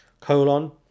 Colon